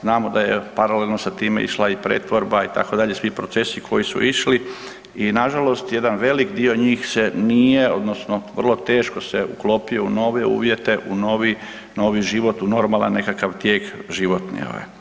Znamo da je paralelno sa time išla i pretvorba itd., svi procesi koji su išli i nažalost jedan velik dio njih se nije odnosno vrlo teško se uklopio u nove uvjete, u novi, novi život, u normalan nekakav tijek, životni ovaj.